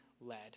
led